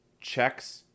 Checks